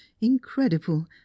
incredible